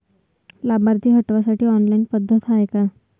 लाभार्थी हटवासाठी ऑनलाईन पद्धत हाय का?